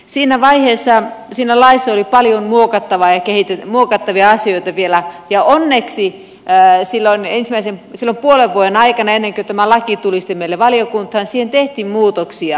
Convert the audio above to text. siinä vaiheessa siinä laissa oli paljon muokattavia asioita vielä ja onneksi silloin puolen vuoden aikana ennen kuin tämä laki tuli sitten meille valiokuntaan siihen tehtiin muutoksia